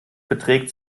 beträgt